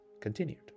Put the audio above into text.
continued